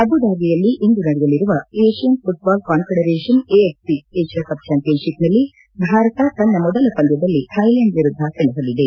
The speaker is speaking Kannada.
ಅಬುಧಾಬಿಯಲ್ಲಿ ಇಂದು ನಡೆಯಲಿರುವ Asian football confederation AFC Asia cup ಚಾಂಪಿಯನ್ಶಿಪ್ನಲ್ಲಿ ಭಾರತ ತನ್ನ ಮೊದಲ ಪಂದ್ಯದಲ್ಲಿ ಥಾಯ್ಲೆಂಡ್ ವಿರುದ್ಧ ಸೆಣಸಲಿದೆ